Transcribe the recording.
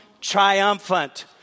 triumphant